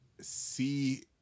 See